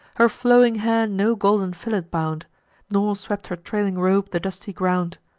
her flowing hair no golden fillet bound nor swept her trailing robe the dusty ground.